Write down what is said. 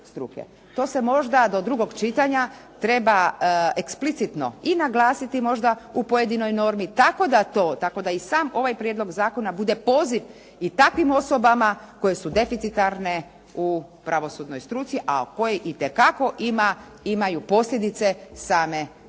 To se možda do drugog čitanja treba eksplicitno i naglasiti možda u pojedinoj normi, tako da to, tako da i sam ovaj prijedlog zakona bude poziv i takvim osobama koje su deficitarne u pravosudnoj struci, a koje itekako imaju posljedice same stranke.